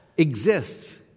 exists